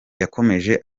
yakomeje